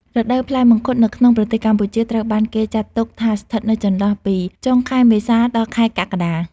រដូវផ្លែមង្ឃុតនៅក្នុងប្រទេសកម្ពុជាត្រូវបានគេចាត់ទុកថាស្ថិតនៅចន្លោះពី ចុងខែមេសា ដល់ខែកក្កដា។